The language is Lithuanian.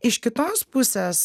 iš kitos pusės